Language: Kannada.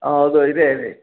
ಆಂ ಹೌದು ಇದೆ ಹೇಳಿ